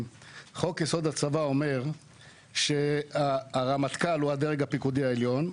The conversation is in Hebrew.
חוק-יסוד: הצבא אומר שהרמטכ"ל הוא הדרג הפיקודי העליון,